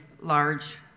large